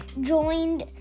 joined